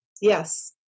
Yes